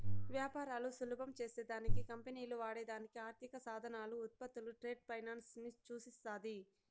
వ్యాపారాలు సులభం చేసే దానికి కంపెనీలు వాడే దానికి ఆర్థిక సాధనాలు, ఉత్పత్తులు ట్రేడ్ ఫైనాన్స్ ని సూచిస్తాది